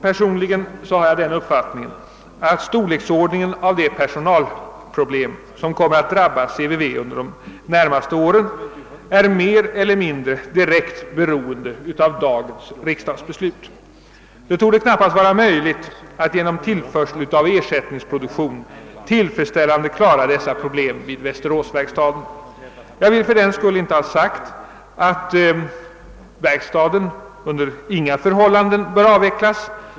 Personligen har jag den uppfattningen, att storleksordningen av de personalproblem som kommer att drabba CVV under de närmaste åren är mer eller mindre direkt beroende av riksdagens beslut i detta ärende. Det torde knappast vara möjligt att genom tillförsel av ersättningsproduktion tillfredsställande klara dessa problem vid västeråsverkstaden. Jag vill fördenskull inte ha sagt att verkstaden under inga förhållanden bör avvecklas.